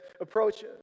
approach